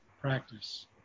practice